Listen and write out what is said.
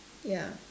ya